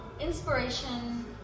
inspiration